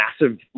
massive